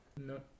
No